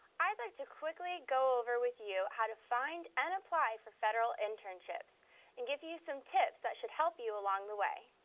i'd like to quickly go over with you how to find and apply to federal internships and give you some tips that should help you along the way.